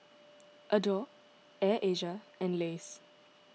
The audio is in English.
Adore Air Asia and Lays